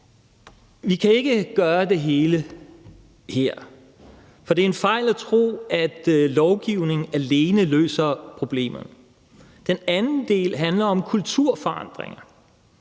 Vi kan ikke gøre det hele her, for det er en fejl at tro, at lovgivning alene løser problemet. Den anden del handler om kulturforandringer